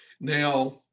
Now